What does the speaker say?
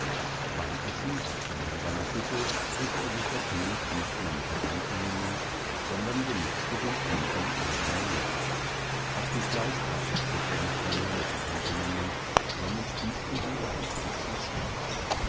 beim essen aus gemeinsamer schüssel strich er sich das mus nicht mehr mit der hand in den mund sondern benützte den plumpen irdenen löffel auch die fleischbrocken schob er nicht mehr mit der hand in den mund sondern spießte sie auf ein spitzes stäbchen